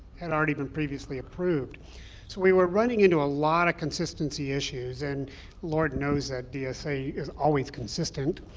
had already been previously approved. so we were running into a lot of consistency issues. and lord knows that dsa is always consistent.